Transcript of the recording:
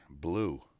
Blue